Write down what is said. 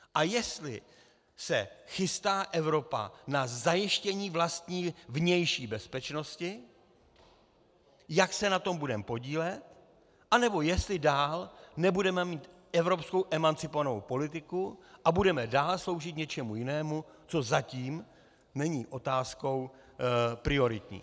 A jestli se chystá Evropa na zajištění vlastní vnější bezpečnosti, jak se na tom budeme podílet, anebo jestli dál nebudeme mít evropskou emancipovanou politiku a budeme dále sloužit něčemu jinému, co zatím není otázkou prioritní.